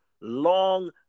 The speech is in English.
long